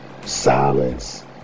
Silence